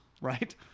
Right